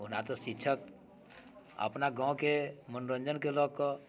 ओना तऽ शिक्षक अपना गामके मनोरञ्जनके लऽ कऽ